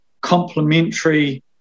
complementary